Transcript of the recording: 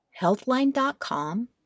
healthline.com